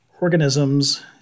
Organisms